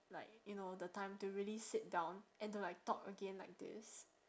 like you know the time to really sit down and to like talk again like this